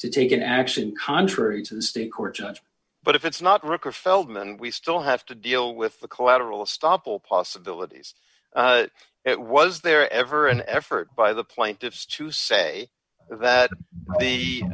to take an action contrary to the state court judge but if it's not rycroft feldman we still have to deal with the collateral estoppel possibilities it was there ever an effort by the plaintiffs to say that